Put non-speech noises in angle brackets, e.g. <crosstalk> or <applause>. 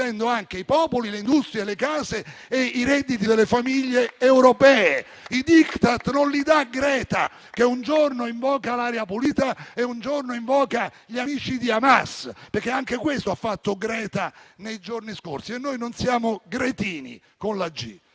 anche i popoli, le industrie, le case e i redditi delle famiglie europee. <applause> I *Diktat* non li dà Greta, che un giorno invoca l'aria pulita e un giorno invoca gli amici di Hamas, perché anche questo ha fatto Greta nei giorni scorsi. E noi non siamo "gretini", con la